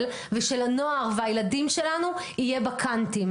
ושל הנוער והילדים שלנו יהיה בקאנטים.